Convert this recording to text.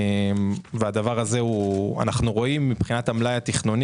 אנחנו רואים מבחינת המלאי התכנוני